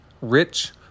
rich